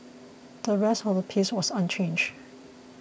the rest of the piece was unchanged